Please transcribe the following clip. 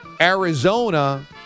Arizona